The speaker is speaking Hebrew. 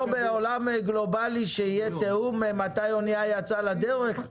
בעולם גלובלי שיהיה תיאום מתי אונייה יצאה לדרך?